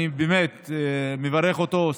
אני באמת מברך אותו,